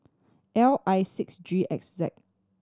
L I six G X Z